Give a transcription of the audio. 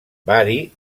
bari